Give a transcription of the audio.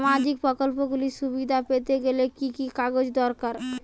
সামাজীক প্রকল্পগুলি সুবিধা পেতে গেলে কি কি কাগজ দরকার?